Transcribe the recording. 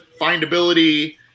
findability